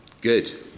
Good